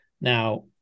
Now